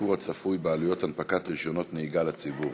הייקור הצפוי בעלויות הנפקת רישיונות נהיגה לציבור.